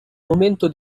momento